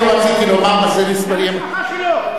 זה המשפחה שלו.